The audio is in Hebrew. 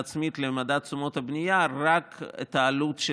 להצמיד למדד תשומות הבנייה רק את העלות של